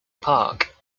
park